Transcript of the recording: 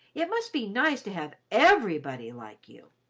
it must be nice to have everybody like you.